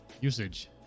usage